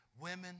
women